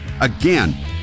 again